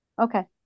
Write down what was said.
Okay